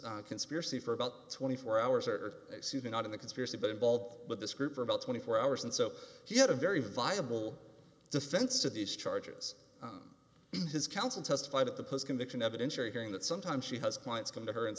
this conspiracy for about twenty four hours or not in the conspiracy but involved with this group for about twenty four hours and so he had a very viable defense to these charges his counsel testified at the post conviction evidentiary hearing that sometimes she has clients come to her and